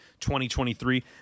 2023